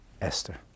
Esther